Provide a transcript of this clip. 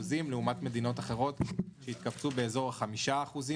לעומת מדינות אחרות שהתכווצו בכ-5% ,